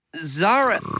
Zara